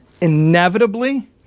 inevitably